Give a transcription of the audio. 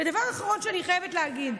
דבר אחרון שאני חייבת להגיד: